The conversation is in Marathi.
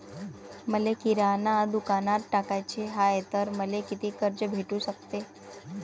मले किराणा दुकानात टाकाचे हाय तर मले कितीक कर्ज भेटू सकते?